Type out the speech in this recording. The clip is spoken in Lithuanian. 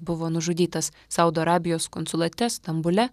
buvo nužudytas saudo arabijos konsulate stambule